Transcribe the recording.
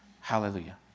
Hallelujah